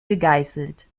gegeißelt